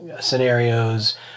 scenarios